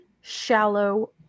shallow